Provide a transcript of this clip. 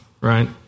right